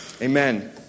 Amen